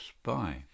spy